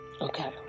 Okay